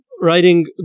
writing